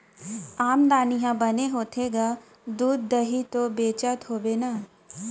आमदनी ह बने होथे गा, दूद, दही तो बेचत होबे ना?